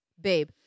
Babe